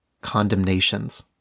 condemnations